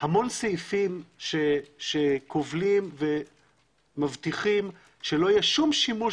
המון סעיפים שכובלים ומבטיחים שלא יהיה שום שימוש